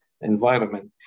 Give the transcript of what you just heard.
environment